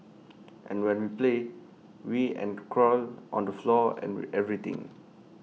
and when we play we and crawl on the floor and everything